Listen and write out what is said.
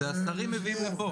זה השרים מביאים לפה.